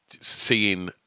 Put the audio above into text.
seeing